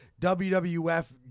WWF